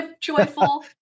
joyful